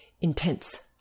intense